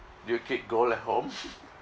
do you keep gold at home